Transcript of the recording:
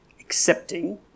accepting